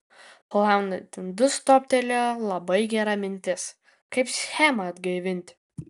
plaunant indus toptelėjo labai gera mintis kaip schemą atgaivinti